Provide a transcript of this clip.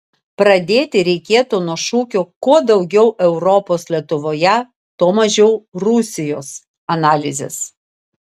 pradėti reikėtų nuo šūkio kuo daugiau europos lietuvoje tuo mažiau rusijos analizės